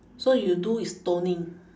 so you do is toning